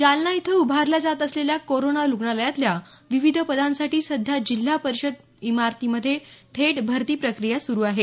जालना इथं उभारल्या जात असलेल्या कोरोना रुग्णालयातल्या विविध पदांसाठी सध्या जिल्हा परिषद इमारतीमध्ये थेट भरती प्रक्रिया सुरु आहे